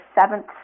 seventh